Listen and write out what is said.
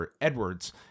Edwards